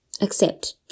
Accept